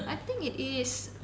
I think it is